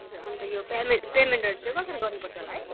हजुर अन्त यो पेमेन पेमेन्टहरू चाहिँ कसरी गर्नु पर्छ होला है